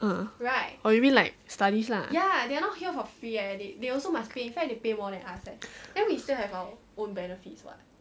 ah oh you mean like studies lah